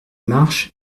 marche